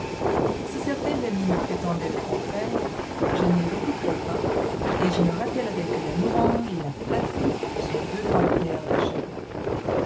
si certains amis me prétendaient le contraire je ne les écouterais pas et je me rappellerais que la louange et la flatterie sont deux grandes pierre d'achoppement